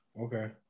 Okay